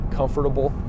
comfortable